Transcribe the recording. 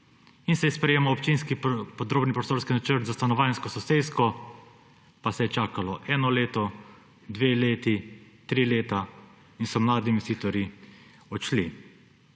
In se je sprejemal občinski podrobni prostorski načrt za stanovanjsko sosesko, pa se je čakalo eno leto, dve leti, tri leta in so mladi investitorji odšli.